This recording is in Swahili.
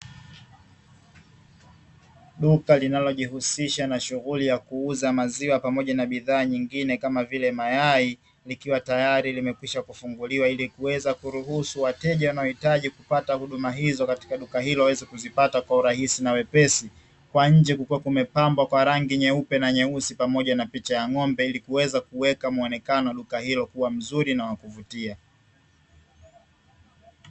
Duka linalojihusisha na shughuli ya kuuza maziwa pamoja na bidhaa nyingine kama vile mayai, likiwa tayari limekwisha kufunguliwa ili kuweza kuruhusu wateja wanaohitaji kupata huduma hizo katika duka hilo waweze kuzipata kwa urahisi na wepesi. Kwa nje kukiwa kumepambwa kwa rangi nyeupe kwa nyeusi pamoja na picha ya ng’ombe, ili kuweza kuweka muonekano wa duka hilo kuwa mzuri na wa kuvutia.